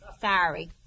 Sorry